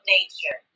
Nature